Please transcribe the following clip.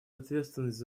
ответственность